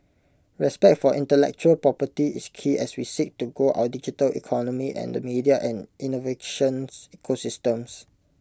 respect for intellectual property is key as we seek to grow our digital economy and the media and innovations ecosystems